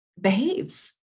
behaves